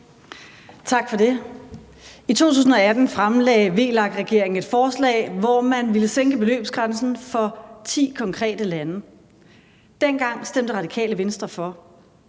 Tak for det. I 2018 fremlagde VLAK-regeringen et forslag, hvor man ville sænke beløbsgrænsen for ti konkrete lande. Dengang stemte Radikale Venstre for.